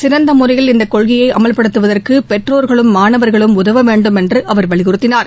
சிறந்த முறையில் இந்தக் கொள்கையை அமல்படுத்துவதற்கு பெற்றோர்களும் மாணவர்களும் உதவ வேண்டுமென்று அவர் வலியுறுத்தினார்